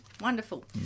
Wonderful